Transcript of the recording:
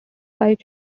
five